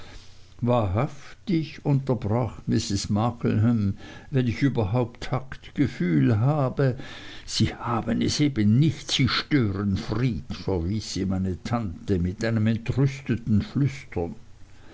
wahrhaftig unterbrach mrs markleham wenn ich überhaupt taktgefühl habe sie haben es eben nicht sie störenfried verwies sie meine tante mit einem entrüsteten flüstern